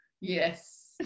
Yes